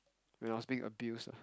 when I was being abused lah